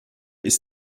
ist